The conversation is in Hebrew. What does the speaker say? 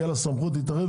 תהיה לה סמכות להתערב.